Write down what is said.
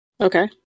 Okay